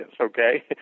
okay